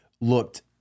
looked